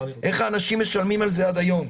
איך האנשים משלמים על זה עד היום.